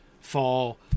fall